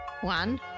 One